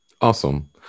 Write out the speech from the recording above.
Awesome